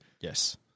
yes